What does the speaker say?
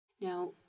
Now